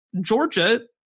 Georgia